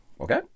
Okay